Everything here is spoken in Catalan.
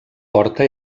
porta